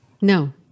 No